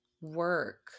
work